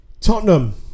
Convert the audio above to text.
Tottenham